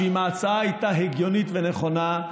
שאם ההצעה הייתה הגיונית ונכונה,